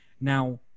now